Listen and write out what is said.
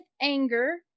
anger